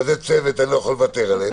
כזה צוות, אני לא יכול לוותר עליו,